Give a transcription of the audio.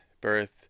birth